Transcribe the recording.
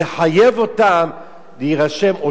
לחייב אותם להירשם,